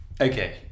Okay